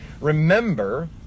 remember